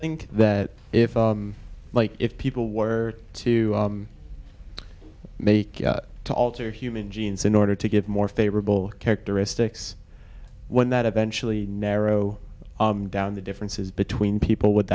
i think that if like if people were to make to alter human genes in order to get more favorable characteristics one that eventually narrow down the differences between people would